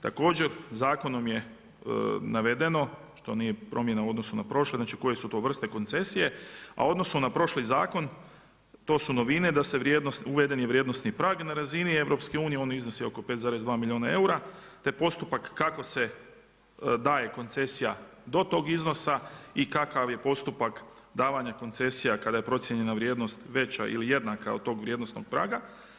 Također zakonom je navedeno što nije promjena u odnosu na prošli, znači koje su to vrste koncesije, a odnosu na prošli zakon, to su novine da se vrijednost, uveden je vrijednosni prag na razini EU-a, on iznosi oko 5,2 milijuna eura, te postupak kako se daje koncesija do tog iznosa, i kakav je postupak davanja koncesija kada je procijenjena vrijednost veća ili jednaka od tog vrijednosnog praga.